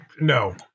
No